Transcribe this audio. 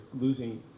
losing